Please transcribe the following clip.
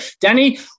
Danny